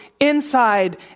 inside